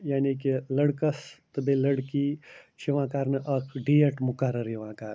یعنی کہِ لٔڑکَس تہٕ بیٚیہِ لڑکی چھِ یِوان کرنہٕ اَکھ ڈیٹ مُقرر یِوان کرنہٕ